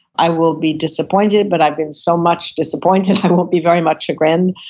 i will be disappointed but i've been so much disappointed i won't be very much chagrined.